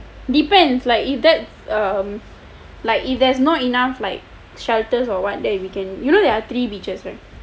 depends like if that um like if there's not enough like shelters or [what] there then we can you know there are three beaches there